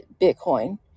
Bitcoin